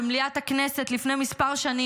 במליאת הכנסת,